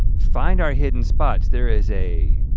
find our hidden spots. there is a